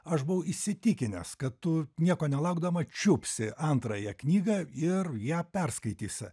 aš buvau įsitikinęs kad tu nieko nelaukdama čiupsi antrąją knygą ir ją perskaitysi